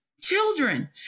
Children